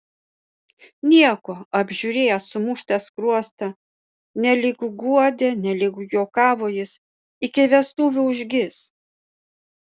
nieko apžiūrėjęs sumuštą skruostą nelyg guodė nelyg juokavo jis iki vestuvių užgis